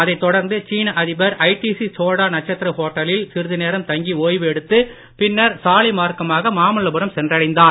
அதைத் தொடர்ந்து சீன அதிபர் ஐடிசி சோழா நட்சத்திர ஹோட்டலில் சிறிது நேரம் தங்கி ஓய்வு எடுத்து பின்னர் சாலை மார்க்கமாக மாமல்லபுரம் சென்றடைந்தார்